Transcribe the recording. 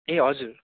ए हजुर